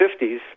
50s